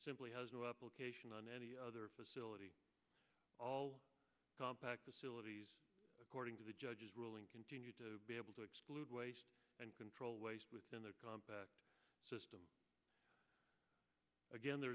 simply has no obligation on any other facility all compact disabilities according to the judge's ruling continue to be able to exclude waste and control waste within their comp system again there